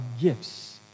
gifts